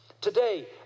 Today